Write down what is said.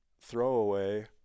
throwaway